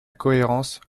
cohérence